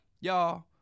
Y'all